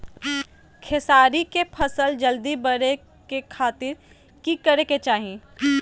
खेसारी के फसल जल्दी बड़े के खातिर की करे के चाही?